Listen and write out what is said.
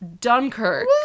Dunkirk